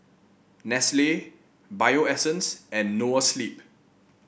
Nestle Bio Essence and Noa Sleep